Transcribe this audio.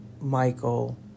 Michael